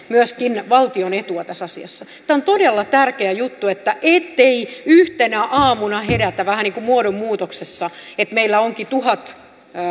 myöskin valtion etua tässä asiassa tämä on todella tärkeä juttu ettei yhtenä aamuna herätä vähän niin kuin muodonmuutoksessa että meillä onkin tuhat